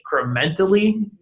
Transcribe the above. incrementally